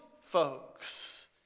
folks